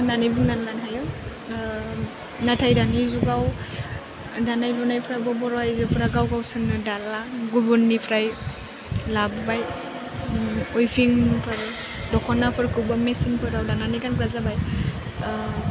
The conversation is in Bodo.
होन्नानै बुंनानै लानो हायो ओह नाथाय दानि जुगाव दानाय लुनायफ्राबो बर' आयजोफ्रा गाव गावसोरनो दाला गुबुननिफ्राइ लाबबाइ ओओम उभिंफोर दख'नाफोरखौबो मिचिनफोराव दानानै गानग्रा जाबाय ओह